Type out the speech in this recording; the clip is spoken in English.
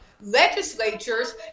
legislatures